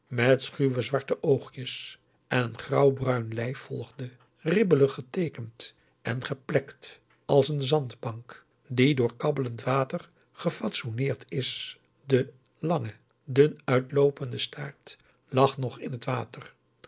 met schuwe zwarte oogjes en een grauwbruin lijf volgde ribbelig geteekend en geplekt als een zandbank die door kabbelend water gefatsoeneerd is de lange dun uit loopende staart lag nog in het water